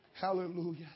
Hallelujah